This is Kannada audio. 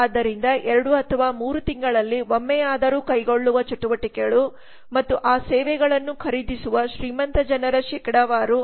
ಆದ್ದರಿಂದ 2 ಅಥವಾ 3 ತಿಂಗಳಲ್ಲಿ ಒಮ್ಮೆಯಾದರೂ ಕೈಗೊಳ್ಳುವ ಚಟುವಟಿಕೆಗಳು ಮತ್ತು ಆ ಸೇವೆಗಳನ್ನು ಖರೀದಿಸುವ ಶ್ರೀಮಂತ ಜನರ ಶೇಕಡಾವಾರು